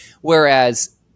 Whereas